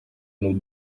nos